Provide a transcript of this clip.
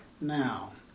Now